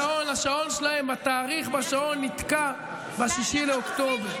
השעון שלהם, התאריך בשעון נתקע ב-6 באוקטובר.